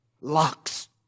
Locks